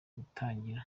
gutangira